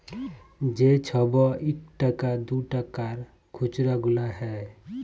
যে ছব ইকটাকা দুটাকার খুচরা গুলা হ্যয়